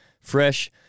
fresh